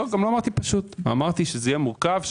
אמרתי שזה יהיה מורכב,